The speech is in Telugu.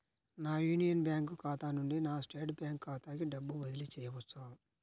నా యూనియన్ బ్యాంక్ ఖాతా నుండి నా స్టేట్ బ్యాంకు ఖాతాకి డబ్బు బదిలి చేయవచ్చా?